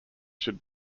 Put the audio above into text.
should